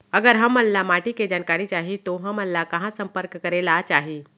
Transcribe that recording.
अगर हमन ला माटी के जानकारी चाही तो हमन ला कहाँ संपर्क करे ला चाही?